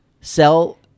sell